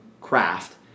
craft